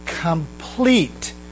complete